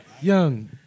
Young